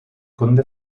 conde